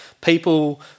people